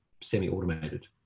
semi-automated